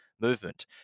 movement